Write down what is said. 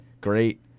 great